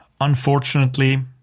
unfortunately